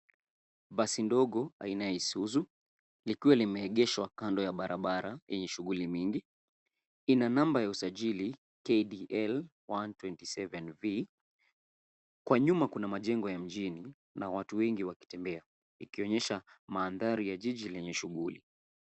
Basi ndogo aina ya Isuzu likiwa limeegeshwa kando ya barabara yenye shughuli mingi. Ina namba ya usajili KDL 127V. Kwa nyuma kuna majengo ya mjini na watu wengi wakitembea ikionyesha mandhari ya jiji lenye shughuli.